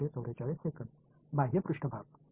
மாணவர் வெளிப்புற மேற்பரப்பு